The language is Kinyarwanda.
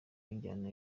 w’injyana